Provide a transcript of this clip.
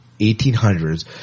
1800s